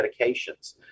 medications